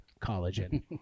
collagen